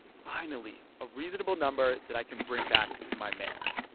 finally, a reasonable number that i can bring back to my mayor.